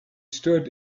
stood